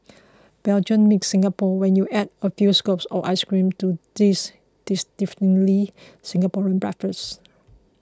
belgium meets Singapore when you add a few scoops of ice cream to this distinctively Singaporean breakfast